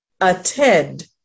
attend